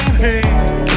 Hey